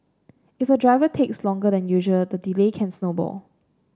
if a driver takes longer than usual the delay can snowball